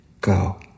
Go